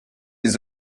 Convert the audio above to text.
les